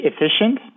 efficient